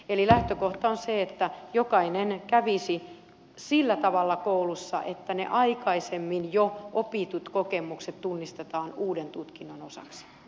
eli lähtökohta on se että jokainen kävisi sillä tavalla koulussa että ne jo aikaisemmin opitut kokemukset tunnistetaan uuden tutkinnon osaksi